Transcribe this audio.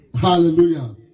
Hallelujah